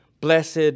Blessed